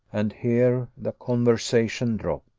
and here the conversation dropped.